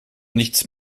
nichts